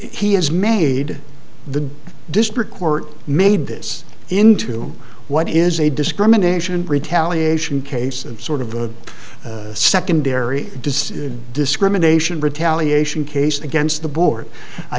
he has made the district court made this into what is a discrimination retaliation case and sort of a secondary does discrimination retaliation case against the board i